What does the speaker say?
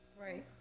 Right